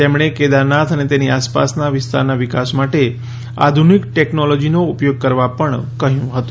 તેમણે કેદારનાથ અને તેની આસપાસના વિસ્તારના વિકાસ માટે આધુનિક ટેકનોલોજીનો ઉપયોગ કરવા પણ કહ્યું હતું